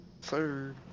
Sir